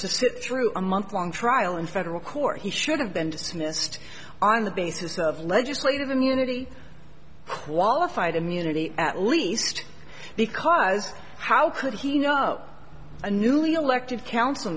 to sit through a month long trial in federal court he should have been dismissed on the basis of legislative immunity qualified immunity at least because how could he know a newly elected council